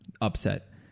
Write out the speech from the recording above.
upset